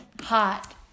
Hot